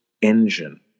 engine